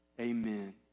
amen